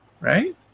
right